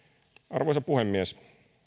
arvoisa puhemies